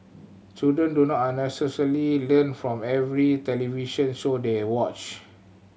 children do not unnecessarily learn from every television show they watch